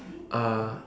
uh